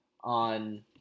on